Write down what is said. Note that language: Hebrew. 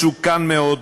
מסוכן מאוד,